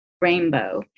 Rainbow